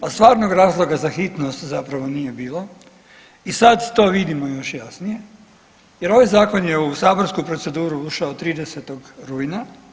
A stvarnog razloga za hitnost zapravo nije bilo i sad to vidimo još jasnije, jer ovaj zakon je u saborsku proceduru ušao 30. rujna.